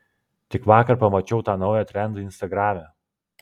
tik vakar pamačiau tą naują trendą instagrame